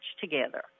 together